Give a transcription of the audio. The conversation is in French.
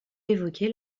révoquer